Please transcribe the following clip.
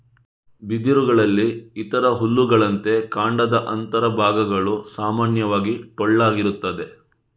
ಬಿದಿರುಗಳಲ್ಲಿ ಇತರ ಹುಲ್ಲುಗಳಂತೆ ಕಾಂಡದ ಅಂತರ ಭಾಗಗಳು ಸಾಮಾನ್ಯವಾಗಿ ಟೊಳ್ಳಾಗಿರುತ್ತದೆ